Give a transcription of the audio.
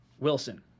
Wilson